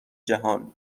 جهان